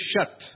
shut